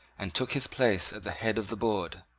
and took his place at the head of the board.